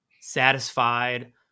satisfied